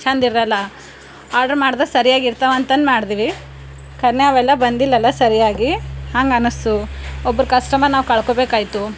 ಚೆಂದ ಇರೋಲ್ಲ ಆರ್ಡ್ರ್ ಮಾಡ್ದೆ ಸರಿಯಾಗಿರ್ತಾವೆ ಅಂತಂದು ಮಾಡಿದ್ವಿ ಖರೇನೆ ಅವೆಲ್ಲ ಬಂದಿಲ್ಲಲ್ಲ ಸರ್ಯಾಗಿ ಹಂಗೆ ಅನ್ನಿಸ್ತು ಒಬ್ರು ಕಸ್ಟಮರ್ ನಾವು ಕಳ್ಕೊಳ್ಬೇಕಾಯ್ತು